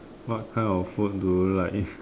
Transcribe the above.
what kind of food do you like